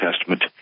Testament